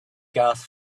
gas